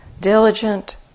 diligent